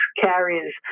carriers